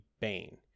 Bane